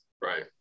Right